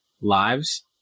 lives